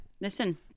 listen